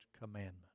commandment